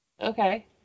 Okay